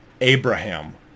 Abraham